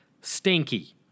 Stinky